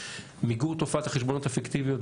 מיגור תופעת החשבוניות הפיקטיביות,